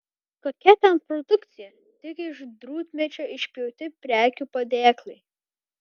kokia ten produkcija tik iš drūtmedžio išpjauti prekių padėklai